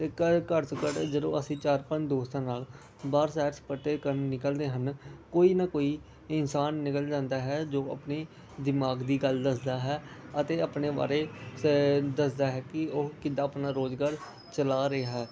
ਅਤੇ ਘਰ ਘੱਟ ਤੋਂ ਘੱਟ ਜਦੋਂ ਅਸੀਂ ਚਾਰ ਪੰਜ ਦੋਸਤਾਂ ਨਾਲ ਬਾਹਰ ਸੈਰ ਸਪਾਟੇ ਕਰਨ ਨਿਕਲਦੇ ਹਨ ਕੋਈ ਨਾ ਕੋਈ ਇਨਸਾਨ ਮਿਲ ਜਾਂਦਾ ਹੈ ਜੋ ਆਪਣੀ ਦਿਮਾਗ ਦੀ ਗੱਲ ਦੱਸਦਾ ਹੈ ਅਤੇ ਆਪਣੇ ਬਾਰੇ ਸ ਦੱਸਦਾ ਹੈ ਕਿ ਉਹ ਕਿੱਦਾਂ ਆਪਣਾ ਰੁਜ਼ਗਾਰ ਚਲਾ ਰਿਹਾ